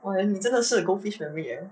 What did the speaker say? !wah! eh 你真的是 goldfish memory eh